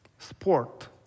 Sport